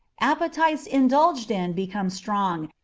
appetites indulged in become strong,